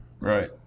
Right